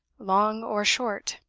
long or short?